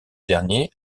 dernier